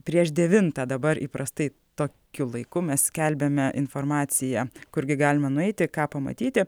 prieš devintą dabar įprastai tokiu laiku mes skelbiame informaciją kurgi galima nueiti ką pamatyti